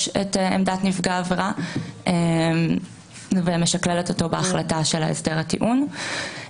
את עמדת נפגע העבירה ומשקללת אותו בהחלטה של הסדר הטיעון.